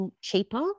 cheaper